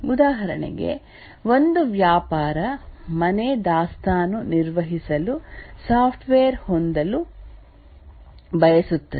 ಉದಾಹರಣೆಗೆ ಒಂದು ವ್ಯಾಪಾರ ಮನೆ ದಾಸ್ತಾನು ನಿರ್ವಹಿಸಲು ಸಾಫ್ಟ್ವೇರ್ ಹೊಂದಲು ಬಯಸುತ್ತದೆ